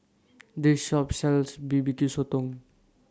This Shop sells B B Q Sotong